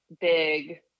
big